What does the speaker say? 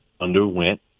underwent